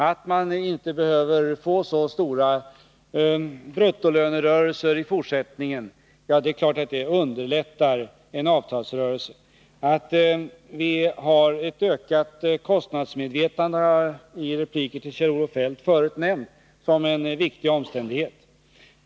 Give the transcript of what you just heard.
Att man inte behöver få så stora bruttolönekrav i fortsättningen underlättar naturligtvis en avtalsrörelse. Att vi har ett ökat kostnadsmedvetande har jag redan nämnt i repliker till Kjell-Olof Feldt som en viktig omständighet.